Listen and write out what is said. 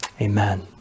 Amen